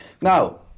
Now